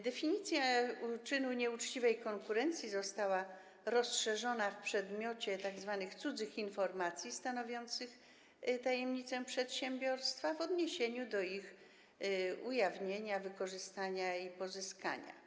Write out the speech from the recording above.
Definicja czynu nieuczciwej konkurencji została rozszerzona w przedmiocie tzw. cudzych informacji stanowiących tajemnicę przedsiębiorstwa w odniesieniu do ich ujawnienia, wykorzystania i pozyskania.